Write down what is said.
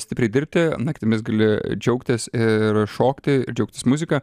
stipriai dirbti naktimis gali džiaugtis ir šokti ir džiaugtis muzika